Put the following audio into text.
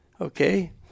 Okay